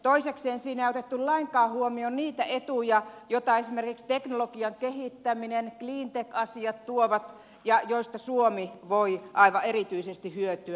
toisekseen siinä ei otettu lainkaan huomioon niitä etuja joita esimerkiksi teknologian kehittäminen cleantech asiat tuovat ja joista suomi voi aivan erityisesti hyötyä